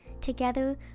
Together